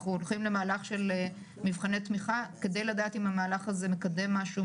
אנחנו הולכים למהלך של מבחני תמיכה כדי לדעת אם המהלך הזה מקדם משהו,